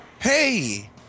Hey